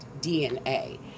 DNA